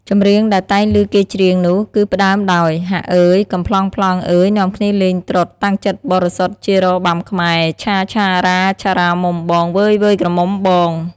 ម្រៀងដែលតែងឮគេច្រៀងនោះគឺផ្ដើមដោយ «ហ្អាអ៉ើយ!!! កំប្លង់ៗអ្ហើយ នាំគ្នាលេងត្រុដិ តាំងចិត្តបរិសុទ្ធ ជារបាំខ្មែរ ឆាៗរ៉ាឆារ៉ាមុំបង វើយៗក្រមុំបង.....»។